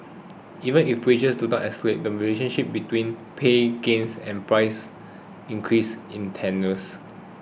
even if wages do accelerate the relationship between pay gains and price increases is tenuous